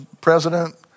president